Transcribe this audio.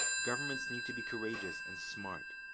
governments need to be courageous and smart.